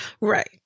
Right